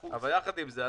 יחד עם זה,